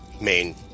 main